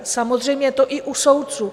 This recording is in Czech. Samozřejmě je to i u soudců.